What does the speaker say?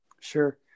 Sure